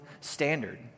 standard